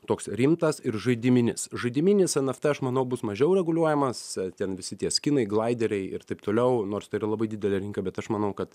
toks rimtas ir žaidiminis žaidiminis nft aš manau bus mažiau reguliuojamas ten visi tie skinai glaideriai ir taip toliau nors tai yra labai didelė rinka bet aš manau kad